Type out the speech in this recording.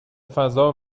فضا